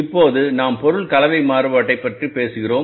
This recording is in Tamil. இப்போது நாம் பொருள் கலவை மாறுபாட்டைப் பற்றி பேசுகிறோம்